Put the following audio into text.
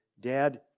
Dad